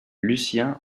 lucien